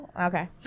okay